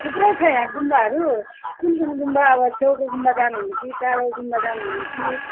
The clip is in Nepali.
थुप्रै छ यहाँ गुम्बाहरू कुन चाहिँ नि गुम्बा अब छेउको गुम्बा जानुहुने कि टाढाको गुम्बा जानुहुने कि